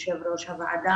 יושב ראש הוועדה,